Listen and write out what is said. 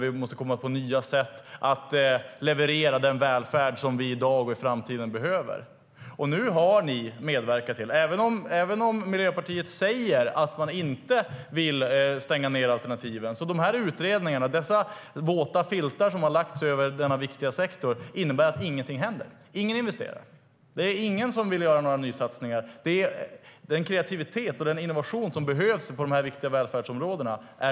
Vi måste komma på nya sätt att leverera den välfärd som vi i dag och i framtiden behöver. Även om Miljöpartiet säger att man inte vill stänga ned alternativen har ni nu med de här utredningarna - dessa våta filtar som har lagts över den här viktiga sektorn - medverkat till att ingenting händer. Ingen investerar. Ingen vill göra några nysatsningar. Det är slut på den kreativitet och den innovation som behövs på de viktiga välfärdsområdena.